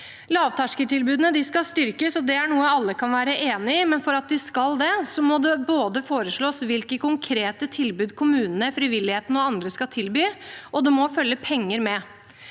Lavterskeltilbudene skal styrkes. Det er noe alle kan være enig i, men for at de skal det, må det både foreslås hvilke konkrete tilbud kommunene, frivilligheten og andre skal tilby, og det må følge penger med.